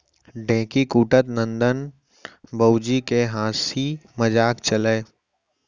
ढेंकी कूटत ननंद भउजी के हांसी मजाक चलय